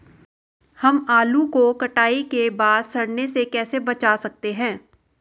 हम आलू को कटाई के बाद सड़ने से कैसे बचा सकते हैं?